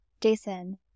Jason